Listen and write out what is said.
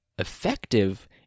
Effective